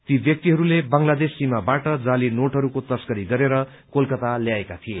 ती व्यक्तिहरूले बंगलादेश सीमाबाट जाली नोटहरूको तस्करी गरेर कोलकता ल्याएका थिए